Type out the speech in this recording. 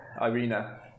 Irina